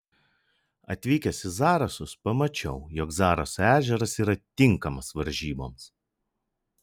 atvykęs į zarasus pamačiau jog zaraso ežeras yra tinkamas varžyboms